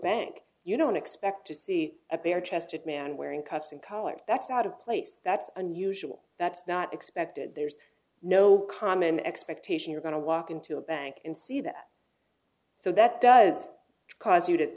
bank you don't expect to see a bare chested man wearing cuts in color that's out of place that's unusual that's not expected there's no common expectation you're going to walk into a bank and see that so that does cause you to